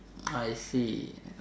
I see